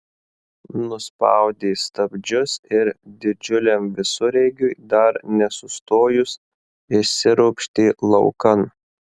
nuspaudė stabdžius ir didžiuliam visureigiui dar nesustojus išsiropštė laukan